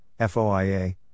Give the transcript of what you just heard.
FOIA